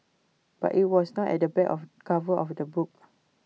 but IT was not at the back of cover of the book